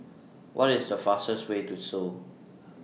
What IS The fastest Way to Seoul